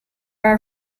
are